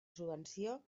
subvenció